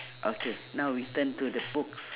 okay now we turn to the books